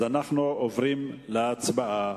אנחנו עוברים להצבעה.